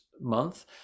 month